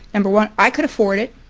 and but one, i could afford it.